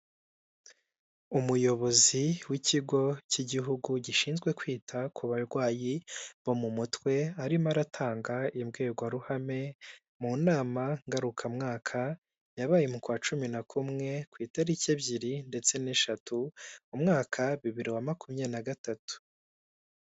Umuyobozi w'ikigo cy'igihugu gishinzwe kwita ku barwayi bo mu mutwe, arimo aratanga imbwirwaruhame mu nama ngarukamwaka yabaye mu kwa cumi na kumwe ku itariki ebyiri ndetse'shatu mu mwaka bibiri wa makumyabiri nagatatu.